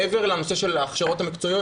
מעבר לנושא של ההכשרות המקצועיות,